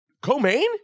Co-main